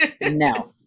No